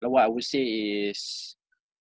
like what I would say is